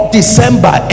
December